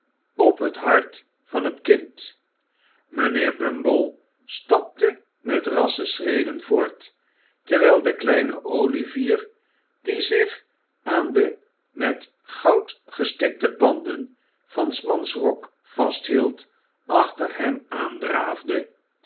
op het hart van het kind mijnheer bumble stapte met rassche schreden voort terwijl de kleine olivier die zich aan de met goud gestikte panden van s mans rok vasthield achter hem